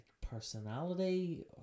personality